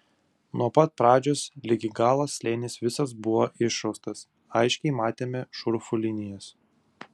nuo pat pradžios ligi galo slėnis visas buvo išraustas aiškiai matėme šurfų linijas